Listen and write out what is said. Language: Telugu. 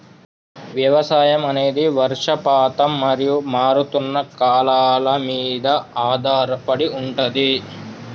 వ్యవసాయం అనేది వర్షపాతం మరియు మారుతున్న కాలాల మీద ఆధారపడి ఉంటది